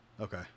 okay